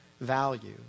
value